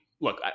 Look